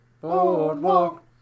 boardwalk